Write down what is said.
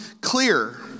clear